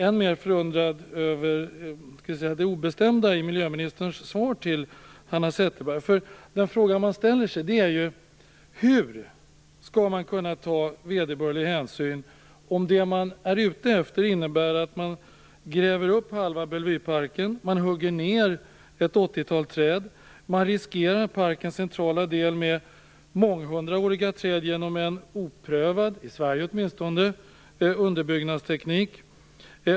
Än mer förundrad blir man över det obestämda i miljöministerns svar till Hanna Zetterberg. Den fråga man ställer sig är: Hur skall det kunna tas vederbörlig hänsyn om det man är ute efter innebär att man gräver upp halva Bellevueparken, hugger ned ett åttiotal träd, riskerar parkens centrala del med månghundraåriga träd genom en, åtminstone i Sverige oprövad underbyggnadsteknik?